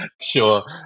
Sure